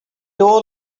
all